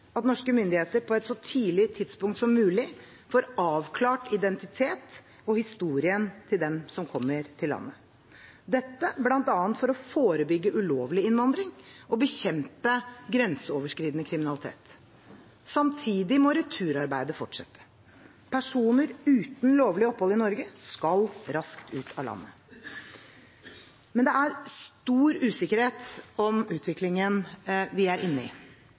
at norske myndigheter på et så tidlig tidspunkt som mulig får avklart identiteten og historien til dem som kommer til landet – dette bl.a. for å forebygge ulovlig innvandring og bekjempe grenseoverskridende kriminalitet. Samtidig må returarbeidet fortsette. Personer uten lovlig opphold i Norge skal raskt ut av landet. Det er stor usikkerhet om utviklingen vi er inne i,